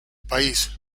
país